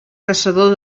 caçador